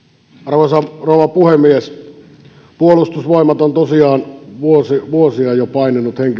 arvoisa rouva puhemies puolustusvoimat on tosiaan jo vuosia paininut henkilöstövajeen kanssa